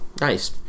nice